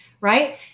right